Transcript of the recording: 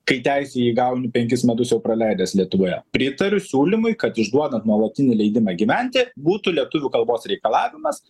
kai teisę įgauni penkis metus praleidęs lietuvoje pritariu siūlymui kad išduodant nuolatinį leidimą gyventi būtų lietuvių kalbos reikalavimas